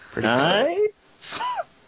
Nice